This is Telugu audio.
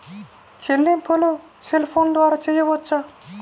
చెల్లింపులు సెల్ ఫోన్ ద్వారా చేయవచ్చా?